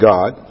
God